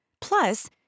Plus